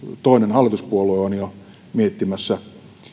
toinen hallituspuolue on jo miettimässä